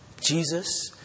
Jesus